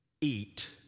eat